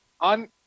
On